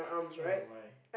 oh my